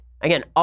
Again